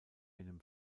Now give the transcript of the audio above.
einem